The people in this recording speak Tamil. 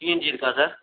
சிஎன்ஜி இருக்கா சார் ஸ்